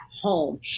home